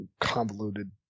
convoluted